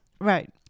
right